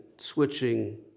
switching